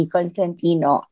Constantino